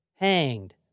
hanged